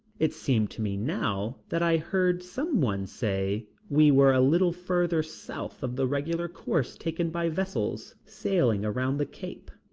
it seems to me now that i heard somebody say we were a little further south of the regular course taken by vessels sailing around the cape.